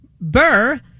Burr